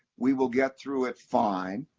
we will get through it fine,